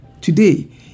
Today